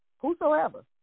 Whosoever